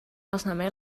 lasnamäe